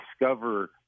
discover